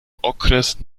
okres